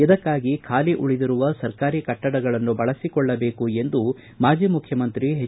ಇದಕ್ಕಾಗಿ ಖಾಲಿ ಉಳಿದಿರುವ ಸರ್ಕಾರಿ ಕಟ್ಸಡಗಳನ್ನು ಬಳಸಿಕೊಳ್ಳಬೇಕು ಎಂದು ಮಾಜಿ ಮುಖ್ಯಮಂತ್ರಿ ಎಚ್